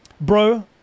bro